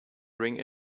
ring